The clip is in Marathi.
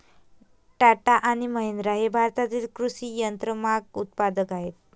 टाटा आणि महिंद्रा हे भारतातील कृषी यंत्रमाग उत्पादक आहेत